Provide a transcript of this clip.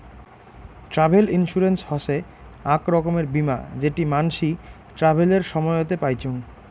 travel insurance হসে আক রকমের বীমা যেটি মানসি ট্রাভেলের সময়তে পাইচুঙ